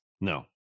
No